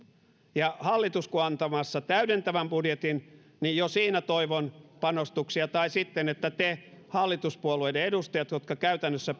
ja hallitus kun on antamassa täydentävän budjetin niin jo siinä toivon panostuksia tai sitten että te hallituspuolueiden edustajat jotka käytännössä